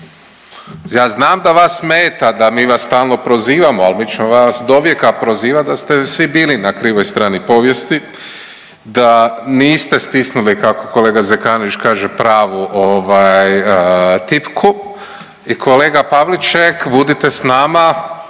Ja znam da vas smeta da mi vas stalno prozivamo, al mi ćemo vas dovijeka prozivati da ste svi bili na krivoj strani povijesti, da niste stisnuli kako kolega Zekanović kaže pravu ovaj tipku i kolega Pavliček budite s nama,